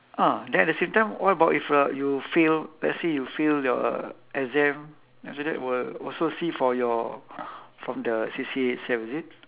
ah then at the same time what about if uh you fail let's say you fail your exam after that will also see for your from the C_C_A itself is it